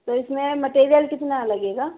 تو اس میں مٹیریل کتنا لگے گا